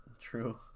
True